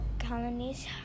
colonies